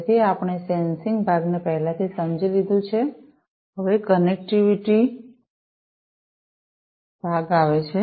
તેથી આપણે સેન્સિંગ ભાગને પહેલાથી સમજી લીધું છે હવે કનેક્ટિવિટી ભાગ આવે છે